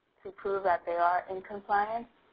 to prove that they are in compliance.